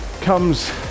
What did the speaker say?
comes